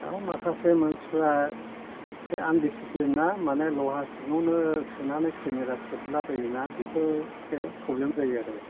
औ माखासे मानसिफोरा एखे आनदिसिप्लिन ना माने लहा सिङावनो सोनानै केमेरा खेबलाबायो ना बेफोरसो फ्रब्लेम जायो आरो